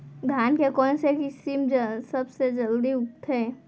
धान के कोन से किसम सबसे जलदी उगथे?